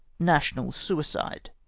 national suicide.